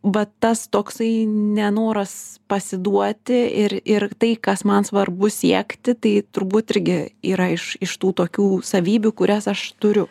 vat tas toksai nenoras pasiduoti ir ir tai kas man svarbu siekti tai turbūt irgi yra iš iš tų tokių savybių kurias aš turiu